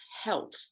health